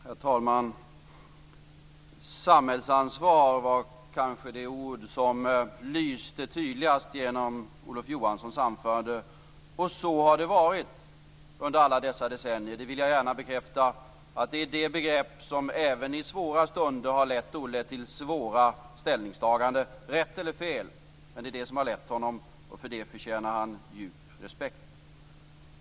Herr talman! Samhällsansvar var kanske det ord som lyste tydligast genom Olof Johanssons anförande. Så har det varit under alla dessa decennier, det vill jag gärna bekräfta. Samhällsansvar är det begrepp som även i svåra stunder har lett Olle till svåra ställningstaganden. Rätt eller fel - men det är det som har lett honom, och för det förtjänar han djup respekt.